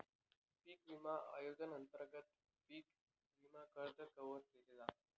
पिक विमा योजनेअंतर्गत पिक विमा कर्ज कव्हर केल जात